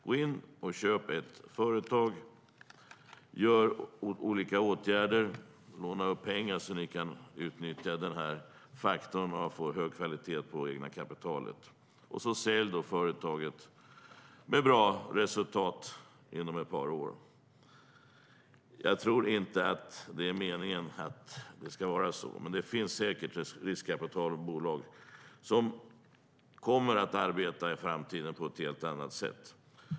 Gå in och köp ett företag, vidta olika åtgärder, låna pengar så att ni kan utnyttja hög kvalitet på det egna kapitalet som faktor och sälj sedan företaget med bra resultat inom ett par år! Jag tror inte att det är meningen att det ska vara så. Det kommer säkert i framtiden att finnas riskkapitalbolag som arbetar på ett helt annat sätt.